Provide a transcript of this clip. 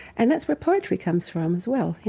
and that's where poetry comes from as well. you